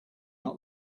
not